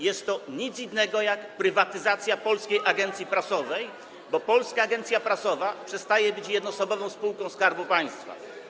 Jest to nic innego jak prywatyzacja Polskiej Agencji Prasowej, bo Polska Agencja Prasowa przestaje być jednoosobową spółka Skarbu Państwa.